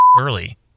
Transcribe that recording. early